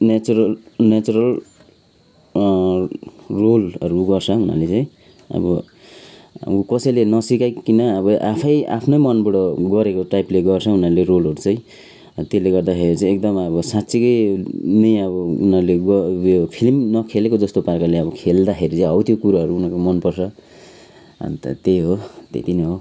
natural natural रोलहरू गर्छन् उनीहरूले चाहिँ अब अब कसैले नसिकाइकन अब आफै आफ्नै मनबाट गरेको टाइपले गर्छ उनीहरूले रोलहरू चाहिँ त्यसले गर्दाखेरि चाहिँ एकदमै अब साच्चिकै नै अब उनीहरूले गर् उयो फिल्म नखेलेको जस्तो प्रकारले अब खेल्दाखेरि चाहिँ हो त्यो कुराहरू चाहिँ उनीहरूको मन पर्छ अन्त त्यही हो त्यती नै हो